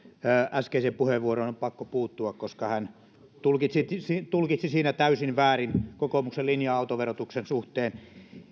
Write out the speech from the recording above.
äskeiseen puheenvuoroon on pakko puuttua koska hän tulkitsi siinä täysin väärin kokoomuksen linjaa autoverotuksen suhteen